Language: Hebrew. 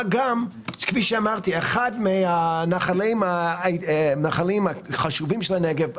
מה גם שאחד הנחלים החשובים של הנגב,